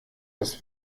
das